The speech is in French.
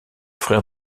frère